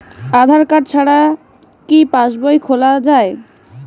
আধার card ছাড়া কি পাসবই খোলা যায়?